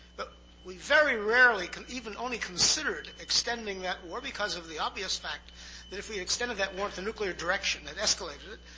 but we very rarely even only considered extending that war because of the obvious fact that if we extended that war at the nuclear direction and escalated it,